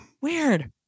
Weird